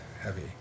heavy